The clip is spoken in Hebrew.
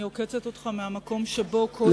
אני עוקצת אותך מהמקום שבו כואב לכל אזרחי ישראל.